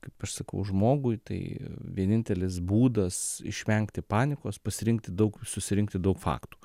kaip aš sakau žmogui tai vienintelis būdas išvengti panikos pasirinkti daug susirinkti daug faktų